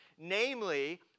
Namely